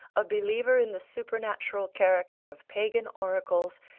a believer in the supernatural character of pagan oracles,